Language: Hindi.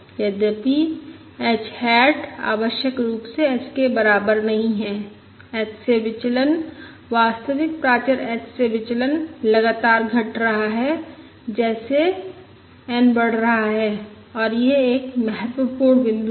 यद्यपि h हैट आवश्यक रूप से h के बराबर नहीं है h से विचलन वास्तविक प्राचर h से विचलन लगातार घट रहा है जैसे n बढ़ रहा है और यह एक महत्वपूर्ण बिंदु है